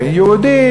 בין יהודים,